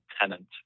tenant